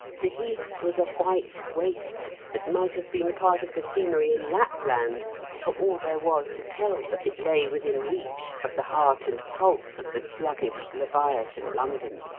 the heath was a white waste that might have been part of the scenery in lapland for all there was to tell that it lay within reach of the heart and pulse of the sluggish leviathan london.